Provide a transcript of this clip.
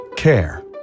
Care